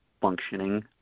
functioning